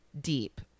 deep